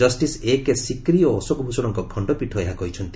justice A K Sikri ଓ ଅଶୋକଭ୍ଷଣଙ୍କ ଖଣ୍ଡପୀଠ ଏହା କହିଛନ୍ତି